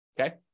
okay